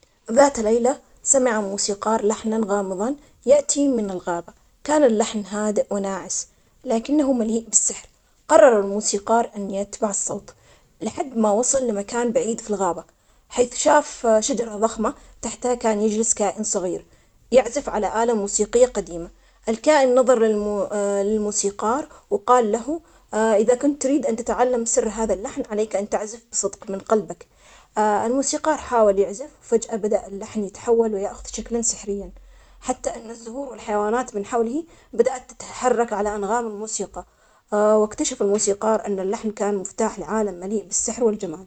ذات ليلى، سمع موسيقار لحنا غامضا يأتي من الغابة. كان اللحن هادئ وناعس، لكنه مليء بالسحر. قرر الموسيقار أن يتبع الصوت لحد ما وصل لمكان بعيد في الغابة حيث شاف شجرة ضخمة تحتها كان يجلس كائن صغير يعزف على آلة موسيقية قديمة، الكائن نظر للمو- للموسيقار وقال له إذا كنت تريد أن تتعلم سر هذا اللحن عليك أن تعزف بصدق من قلبك. الموسيقار حاول يعزف. فجأة. بدأ اللحن يتحول وياخد شكلا سحريا، حتى أن الزهور والحيوانات من حوله بدأت تتحرك على أنغام الموسيقى. واكتشف الموسيقار أن اللحن كان مفتاح العالم، مليء بالسحر والجمال.